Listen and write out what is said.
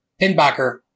Pinbacker